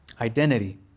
identity